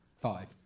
Five